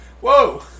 whoa